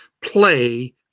play